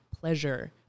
Pleasure